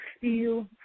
feel